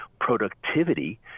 productivity